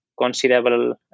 considerable